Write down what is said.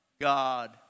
God